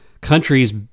countries